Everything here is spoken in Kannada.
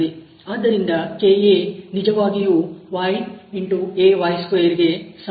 ಆದ್ದರಿಂದ kA ನಿಜವಾಗಿಯೂ y Ay2 ಸಮವಾಗಿರುತ್ತದೆ